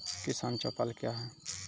किसान चौपाल क्या हैं?